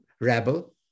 rebel